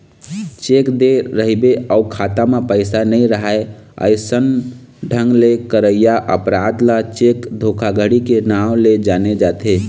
cheque दे रहिबे अउ खाता म पइसा नइ राहय अइसन ढंग ले करइया अपराध ल चेक धोखाघड़ी के नांव ले जाने जाथे